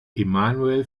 emanuel